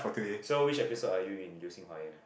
so which episode are you in Liu Xing Hua Yuan